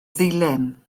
ddulyn